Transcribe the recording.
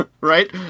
Right